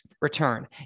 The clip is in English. return